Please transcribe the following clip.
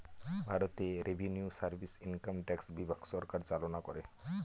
ভারতে revenue service income tax বিভাগ সরকার চালনা করে